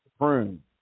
prune